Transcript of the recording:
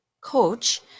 coach